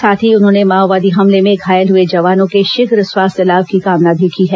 साथ ही उन्होंने माओवादी हमले में घायल हुए जवानों के शीघ्र स्वास्थ्य लाभ की कामना की है